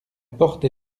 porte